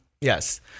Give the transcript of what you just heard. Yes